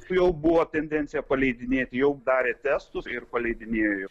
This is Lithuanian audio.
tai jau buvo tendencija paleidinėti jau darė testus ir paleidinėjo